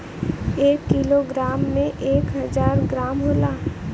एक kilo gram में एक हजार ग्राम होला